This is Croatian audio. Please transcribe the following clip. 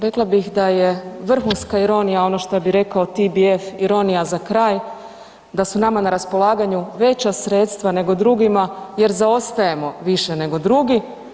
Rekla bih da je vrhunska ironija ono što bi rekao TBF ironija za kraj, da su nama na raspolaganju veća sredstva za drugima jer zaostajemo više nego drugi.